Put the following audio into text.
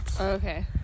okay